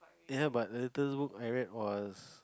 ya but the latest book I read was